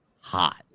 hot